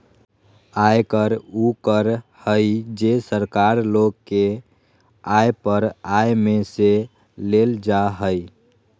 आयकर उ कर हइ जे सरकार लोग के आय पर आय में से लेल जा हइ